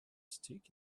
stick